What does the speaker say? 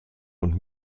und